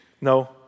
No